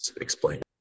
explain